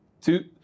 two